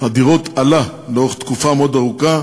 הדירות עלה לאורך תקופה מאוד ארוכה